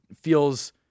feels